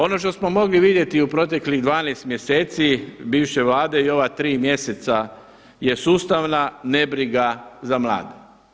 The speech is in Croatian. Ono što smo mogli vidjeti i u proteklih 12 mjeseci bivše Vlade i u ova tri mjeseca je sustavna nebriga za mlade.